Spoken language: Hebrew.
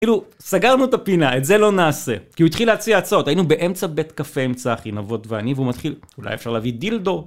כאילו, סגרנו את הפינה, את זה לא נעשה. כי הוא התחיל להציע הצעות, היינו באמצע בית קפה צחי, נבות ואני, והוא מתחיל, אולי אפשר להביא דילדו?